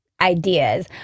ideas